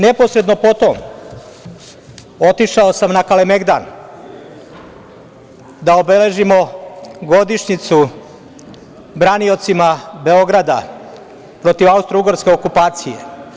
Neposredno potom otišao sam na Kalemegdan da obeležimo godišnjicu braniocima Beograda protiv austrougarske okupacije.